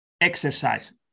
exercise